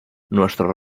nuestro